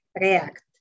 react